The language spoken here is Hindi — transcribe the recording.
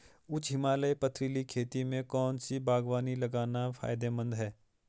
उच्च हिमालयी पथरीली खेती में कौन सी बागवानी लगाना फायदेमंद है?